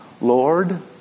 Lord